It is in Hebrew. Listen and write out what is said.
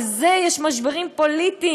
על זה יש משברים פוליטיים,